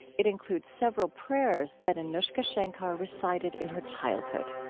it includes several prayers that anoushka shankar recited in her childhood